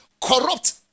corrupt